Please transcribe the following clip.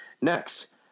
Next